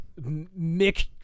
Mick